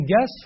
guess